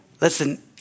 Listen